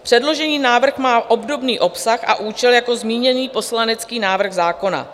Předložený návrh má obdobný obsah a účel jako zmíněný poslanecký návrh zákona.